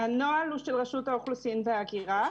הנוהל הוא שרשות האוכלוסין וההגירה.